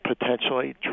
potentially